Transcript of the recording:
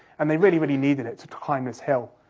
and they really, really needed it to climb this hill.